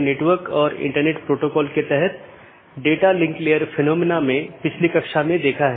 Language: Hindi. BGP या बॉर्डर गेटवे प्रोटोकॉल बाहरी राउटिंग प्रोटोकॉल है जो ऑटॉनमस सिस्टमों के पार पैकेट को सही तरीके से रूट करने में मदद करता है